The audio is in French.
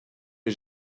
est